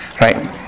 right